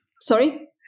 Sorry